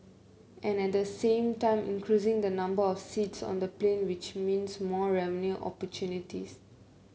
and at the same time increasing the number of seats on the plane which means more revenue opportunities